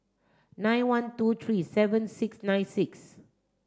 nine one two three seven six nine six